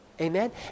Amen